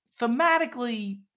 thematically